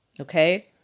Okay